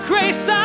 Grace